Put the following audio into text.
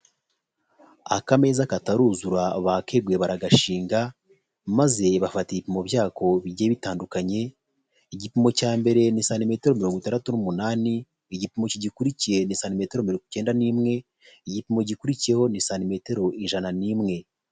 Akamezaza kataruzura bakeguye baragashinga, maze bafati ibipimo byako bijye bitandukanye, igipimo cya mbere ni santimtero mirongo itandatu n'umunani, igipimo gikurikiye ni santimetero mirongo icyenda n'imwe, igipimo gikurikiyeho ni santimetero ijana n'imwe.